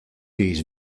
days